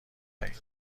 دهید